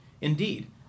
Indeed